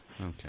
Okay